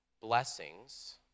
blessings